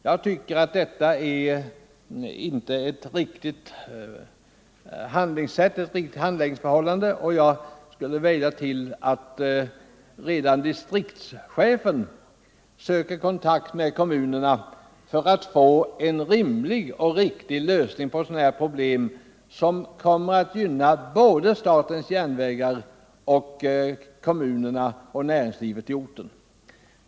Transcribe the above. Jag tycker att detta inte är ett riktigt handläggningsförhållande, och jag skulle vilja att redan distriktschefen söker kontakt med kommunerna för att få en rimlig lösning på sådana här problem, vilket skulle gynna både statens järnvägar och kommunerna och näringslivet på platsen.